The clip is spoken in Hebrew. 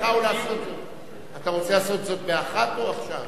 אתה רוצה לעשות זאת ב-01:00 או עכשיו?